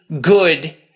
good